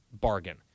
bargain